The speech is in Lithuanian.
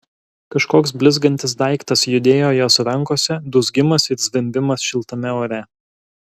kažkoks blizgantis daiktas judėjo jos rankose dūzgimas ir zvimbimas šiltame ore